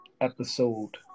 episode